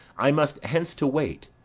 i must hence to wait.